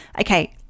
okay